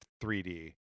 3d